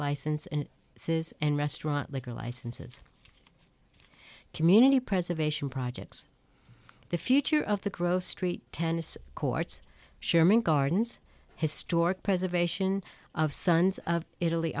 license and says and restaurant liquor licenses community preservation projects the future of the grove street tennis courts sherman gardens historic preservation of sons of italy